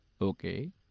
Okay